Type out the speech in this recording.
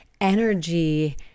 energy